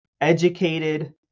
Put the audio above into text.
educated